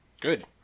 Good